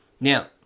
Now